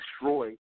destroy